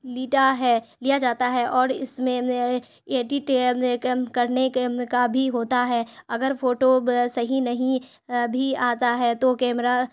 لیتا ہے لیا جاتا ہے اور اس میں ایڈٹ کرنے کے کا بھی ہوتا ہے اگر فوٹو صحیح نہیں بھی آتا ہے تو کیمرہ